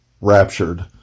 raptured